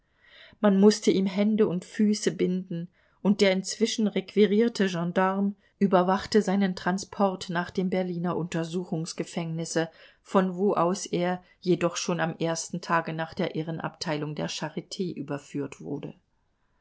man mußte ihm hände und füße binden und der inzwischen requirierte gendarm überwachte seinen transport nach dem berliner untersuchungsgefängnisse von wo aus er jedoch schon am ersten tage nach der irrenabteilung der charit überführt wurde